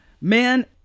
man